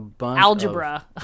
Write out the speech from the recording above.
algebra